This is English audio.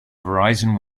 verizon